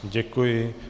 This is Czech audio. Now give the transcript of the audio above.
Děkuji.